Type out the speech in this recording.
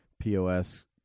POS